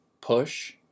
PUSH